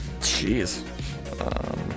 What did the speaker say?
Jeez